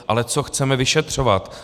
Ale co chceme vyšetřovat?